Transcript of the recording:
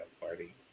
party